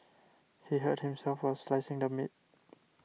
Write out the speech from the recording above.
he hurt himself while slicing the meat